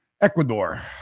Ecuador